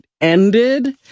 ended